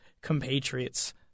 compatriots